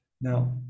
Now